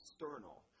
external